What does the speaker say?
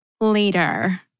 Later